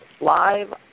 live